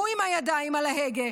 הוא עם הידיים על ההגה,